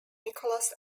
nicolas